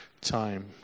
time